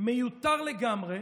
מיותר לגמרי,